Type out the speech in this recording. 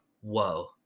whoa